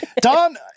Don